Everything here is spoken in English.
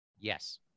Yes